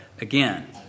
again